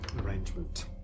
arrangement